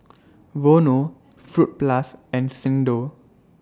Vono Fruit Plus and Xndo